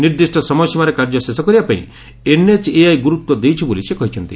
ନିର୍ଦ୍ଦିଷ୍ ସମୟସୀମାରେ କାର୍ଯ୍ୟ ଶେଷ କରିବା ପାଇଁ ଏନ୍ଏଚ୍ଏଆଇ ଗୁରୁତ୍ୱ ଦେଉଛି ବୋଲି ସେ କହିଛନ୍ତି